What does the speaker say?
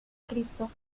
cristo